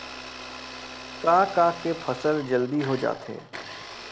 का का के फसल जल्दी हो जाथे?